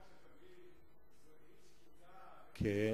רק שתבין, זו עיר שקטה, רגועה.